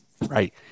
Right